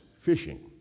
fishing